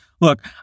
look